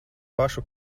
pašu